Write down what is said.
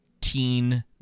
teen